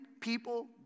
people